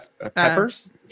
peppers